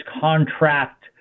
contract